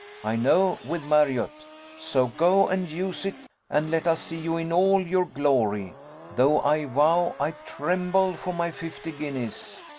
i know, with marriott so go and use it, and let us see you in all your glory though i vow i tremble for my fifty guineas.